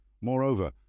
Moreover